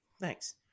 Thanks